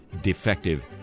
defective